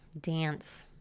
dance